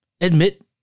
Admit